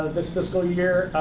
this fiscal year,